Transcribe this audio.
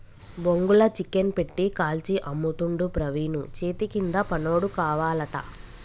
బొంగుల చికెన్ పెట్టి కాల్చి అమ్ముతుండు ప్రవీణు చేతికింద పనోడు కావాలట